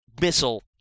missile